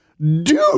dude